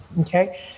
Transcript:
Okay